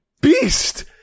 beast